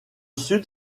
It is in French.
sud